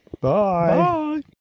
Bye